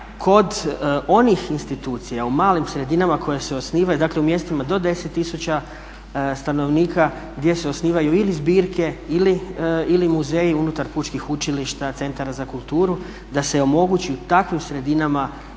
kod onih institucija u malim sredinama koje se osnivaju, dakle u mjestima do 10000 stanovnika gdje se osnivaju ili zbirke ili muzeji unutar pučkih učilišta, centara za kulturu, da se omogući takvim sredinama zapošljavanje